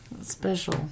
Special